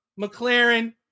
McLaren